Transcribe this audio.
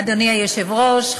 אדוני היושב-ראש,